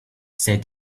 said